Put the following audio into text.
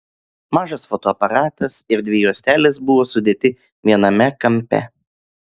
mažas fotoaparatas ir dvi juostelės buvo sudėti viename kampe